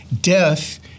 Death